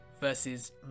versus